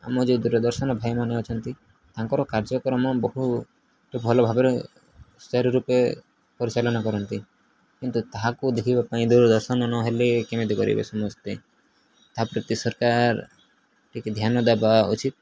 ଆମ ଯୋଉ ଦୂରଦର୍ଶନ ଭାଇମାନେ ଅଛନ୍ତି ତାଙ୍କର କାର୍ଯ୍ୟକ୍ରମ ବହୁ ଭଲଭାବରେ ସୁଚାରୁରୂପେ ପରିଚାଳନା କରନ୍ତି କିନ୍ତୁ ତାହାକୁ ଦେଖିବା ପାଇଁ ଦୂରଦର୍ଶନ ନହେଲେ କେମିତି କରିବେ ସମସ୍ତେ ତାହା ପ୍ରତି ସରକାର ଟିକେ ଧ୍ୟାନ ଦେବା ଉଚିତ